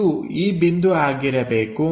ಇದು ಈ ಬಿಂದು ಆಗಿರಬೇಕು